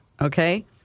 Okay